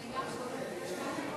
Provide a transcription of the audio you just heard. חוק חסינות חברי הכנסת,